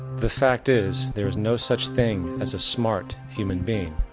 the fact is, there is no such thing as a smart human being,